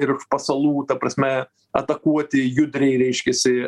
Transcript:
ir iš pasalų ta prasme atakuoti judriai reiškiasi